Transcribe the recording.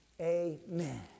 amen